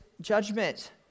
judgment